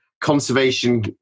conservation